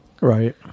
Right